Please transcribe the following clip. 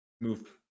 move